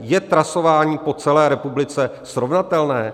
Je trasování po celé republice srovnatelné?